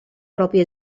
proprie